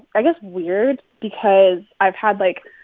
i guess, weird because i've had, like,